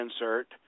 insert